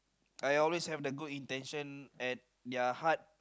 I always have the good intention at their heart